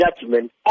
judgment